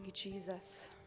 Jesus